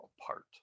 apart